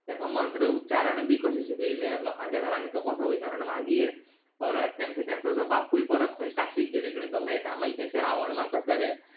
तेका मंत्र उच्चारण बी कशे शिकयले लोकांच्या घरांनी तो कसो वयतालो आनी मागीर परत तेंक तेंचो जो बापूय परत कंय काशीक गेल्ले कडेन तो मेळटा मागीर तेंचेर मारता जालें